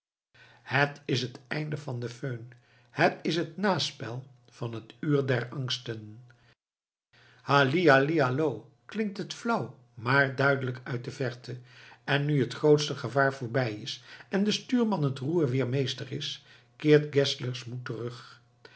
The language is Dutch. het is het einde van de föhn het is het naspel van het uur der angsten halli halli hallo klinkt het flauw maar duidelijk uit de verte en nu het grootste gevaar voorbij is en de stuurman het roer weer meester is keert geszlers moed terug